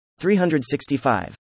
365